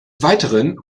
weiteren